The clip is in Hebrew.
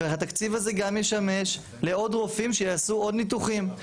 והתקציב הזה גם ישמש לעוד רופאים שיעשו עוד ניתוחים.